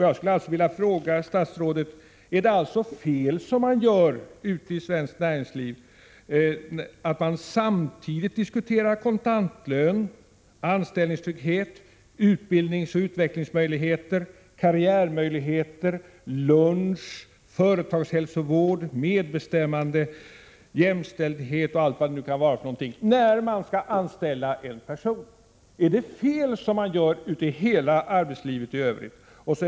Jag skulle alltså vilja fråga herr statsrådet: Gör man alltså fel i svenskt näringsliv när man samtidigt diskuterar kontantlön, anställningstrygghet, utbildningsoch utvecklingsmöjligheter, karriärmöjligheter, lunch, företagshälsovård, medbestämmande, jämställdhet och allt vad det nu kan vara, då man skall anställa en person? Är det fel som man gör i hela arbetslivet i övrigt?